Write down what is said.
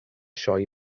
sioe